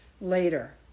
later